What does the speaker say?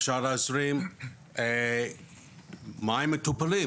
אפשר להזרים מים מותפלים,